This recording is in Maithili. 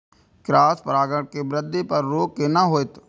क्रॉस परागण के वृद्धि पर रोक केना होयत?